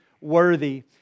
worthy